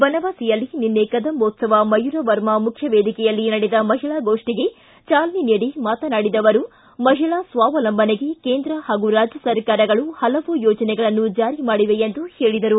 ಬನವಾಸಿಯಲ್ಲಿ ನಿನ್ನೆ ಕದಂಬೋತ್ಸವ ಮಯೂರವರ್ಮ ಮುಖ್ಯ ವೇದಿಕೆಯಲ್ಲಿ ನಡೆದ ಮಹಿಳಾಗೋಷ್ಟಿಗೆ ಚಾಲನೆ ನೀಡಿ ಮಾತನಾಡಿದ ಅವರು ಮಹಿಳಾ ಸ್ವಾವಲಂಬನೆಗೆ ಕೇಂದ್ರ ಹಾಗೂ ರಾಜ್ಯ ಸರ್ಕಾರಗಳು ಪಲವು ಯೋಜನೆಗಳನ್ನು ಜಾರಿ ಮಾಡಿವೆ ಎಂದು ಹೇಳಿದರು